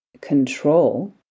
control